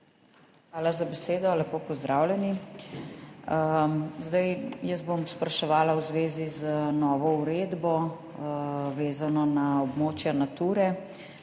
Hvala za besedo. Lepo pozdravljeni! Jaz bom spraševala v zvezi z novo uredbo, vezano na območja Nature.